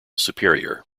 superior